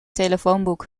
telefoonboek